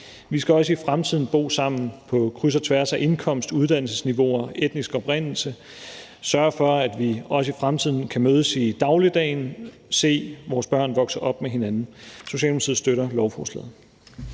Vi skal også i fremtiden bo sammen på kryds og tværs af indkomst, uddannelsesniveauer, etnisk oprindelse og sørge for, at vi også i fremtiden kan mødes i dagligdagen, se vores børn vokse op med hinanden. Socialdemokratiet støtter lovforslaget.